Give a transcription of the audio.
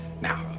Now